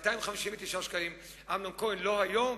ל-259 שקלים, אמנון כהן, לא היום,